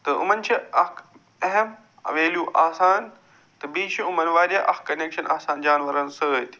تہٕ یِمن چھِ اکھ اہم ویلیوٗ آسان تہٕ بیٚیہِ چھِ یِمن وارِیاہ اکھ کنٮ۪کشن آسان جانورن سۭتۍ